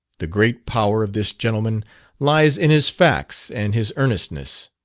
the great power of this gentleman lies in his facts and his earnestness,